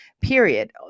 period